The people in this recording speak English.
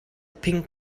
pink